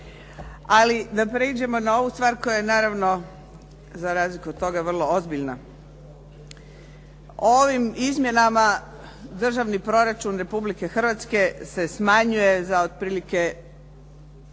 Ali da pređemo na ovu stvar koja je naravno za razliku od toga vrlo ozbiljna. Ovim izmjenama Državni proračun Republike Hrvatske se smanjuje za otprilike